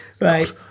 Right